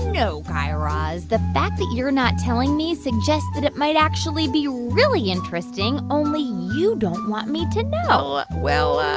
no, guy raz, the fact that you're not telling me suggests that it might actually be really interesting, only you don't want me to know well,